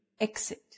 Exit